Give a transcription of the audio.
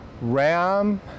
RAM